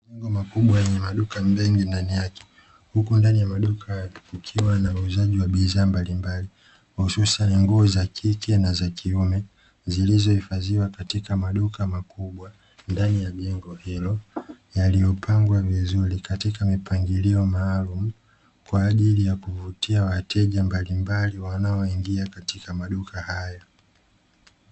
Majengo makubwa yenye maduka mengi ndani yake huku ndani ya maduka hayo kukiwa na wauzaji wa bidhaa mbalimbali hususani nguo za kike na za kiume zilizohifadhiwa katika maduka makubwa ndani ya jengo hilo; yaliyopangwa vizuri katika mipangilio maalumu kwaajili ya kuvutia wateja mbalimbali wanaoingia katika maduka hayo.